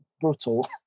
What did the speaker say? brutal